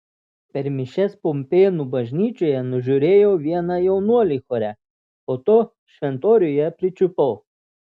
per mišias pumpėnų bažnyčioje nužiūrėjau vieną jaunuolį chore po to šventoriuje pričiupau